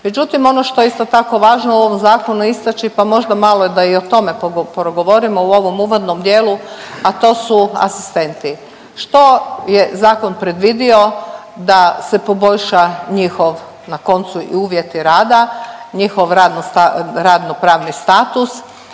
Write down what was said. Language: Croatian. Međutim, ono što je isto tako važno u ovom zakonu istaći pa možda malo da i o tome progovorimo u ovom uvodnom dijelu, a to su asistenti. Što je zakon predvidio da se poboljša njihov na koncu i uvjeti rada, njihov radno pravni status